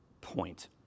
point